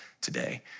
today